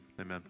amen